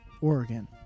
Oregon